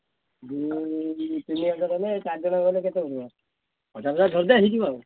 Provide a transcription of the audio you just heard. ଦୁଇ ତିନିହଜାର ହେଲେ ଚାରି ଜଣ ଗଲେ କେତେ ପଡ଼ିବ ପଚାଶ ହଜାରେ ଧରିଦେ ହେଇଯିବ ଆଉ